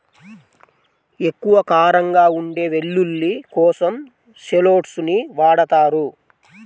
ఎక్కువ కారంగా ఉండే వెల్లుల్లి కోసం షాలోట్స్ ని వాడతారు